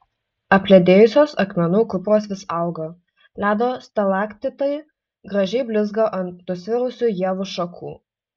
apledėjusios akmenų kupros vis auga ledo stalaktitai gražiai blizga ant nusvirusių ievų šakų